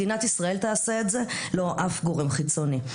מדינת ישראל תעשה את זה, לא אף גורם חיצוני.